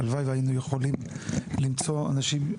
הלוואי שהיינו יכולים למצוא אנשים.